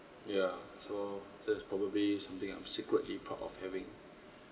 ya so that's probably something I'm secretly proud of having